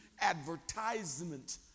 advertisement